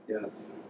Yes